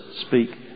speak